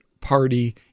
party